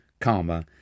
karma